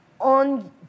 on